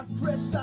press